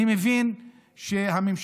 אני מבין שהממשלה